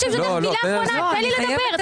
תני לי לדבר.